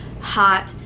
Hot